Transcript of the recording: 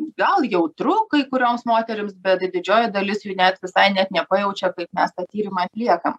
gal jautru kai kurioms moterims bet didžioji dalis jų net visai net nepajaučia mes tą tyrimą atliekam